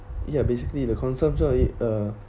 ya basically the consumption uh